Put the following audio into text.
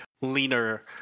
leaner